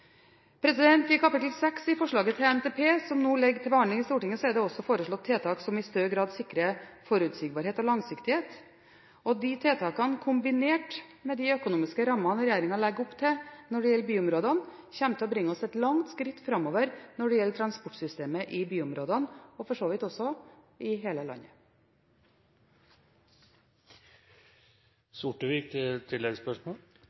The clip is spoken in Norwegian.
I kapittel 6 i forslaget til NTP som nå ligger til behandling i Stortinget, er det også foreslått tiltak som i større grad sikrer forutsigbarhet og langsiktighet, og de tiltakene, kombinert med de økonomiske rammene regjeringen legger opp til når det gjelder byområdene, kommer til å bringe oss et langt skritt framover når det gjelder transportsystemet i byområdene – og for så vidt også i hele landet.